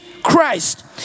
Christ